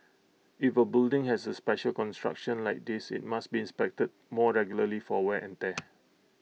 if A building has A special construction like this IT must be inspected more regularly for wear and tear